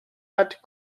hat